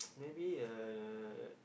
maybe uh